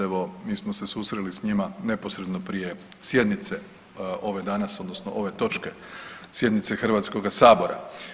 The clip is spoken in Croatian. Evo, mi smo se susreli s njima neposredno prije sjednice ove danas odnosno ove točke sjednice Hrvatskoga sabora.